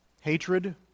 Hatred